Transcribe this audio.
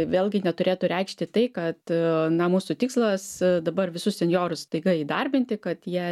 vėlgi neturėtų reikšti tai kad na mūsų tikslas dabar visus senjorus staiga įdarbinti kad jie